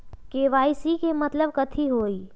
KYC के मतलब कथी होई?